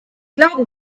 glauben